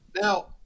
now